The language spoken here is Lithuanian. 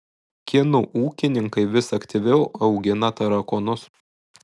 kinų ūkininkai vis aktyviau augina tarakonus